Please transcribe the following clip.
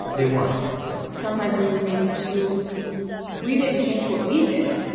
they weren't sometimes we were maybe too we didn't change what we did,